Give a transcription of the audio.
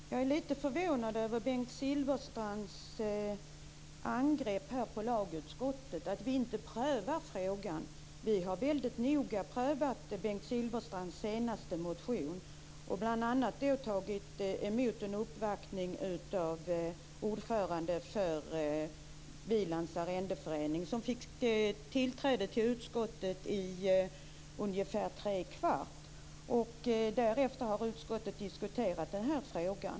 Fru talman! Jag är litet förvånad över Bengt Silfverstrands angrepp på lagutskottet för att vi där inte har prövat frågan. Vi har väldigt noga prövat Bengt Silfverstrands senaste motion. Vi har bl.a. tagit emot en uppvaktning från ordföranden för Willands arrendatorsförening, som beviljades företräde i utskottet i ungefär tre kvarts timme. Därefter har utskottet diskuterat denna fråga.